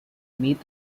meet